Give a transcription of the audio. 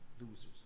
losers